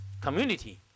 community